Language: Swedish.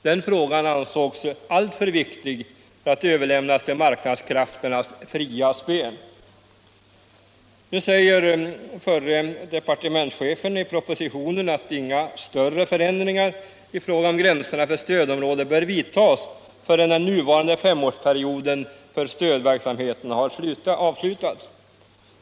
Den frågan ansågs alltför viktig för att överlämnas till marknadskrafternas fria spel. Nu säger förre departementschefen i propositionen att inga större förändringar i fråga om gränserna för stödområdet bör vidtas, förrän den nuvarande femårsperioden för stödverksamheten har avslutats.